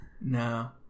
No